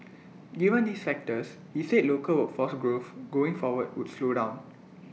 given these factors he said local workforce growing forward would slow down